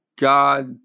God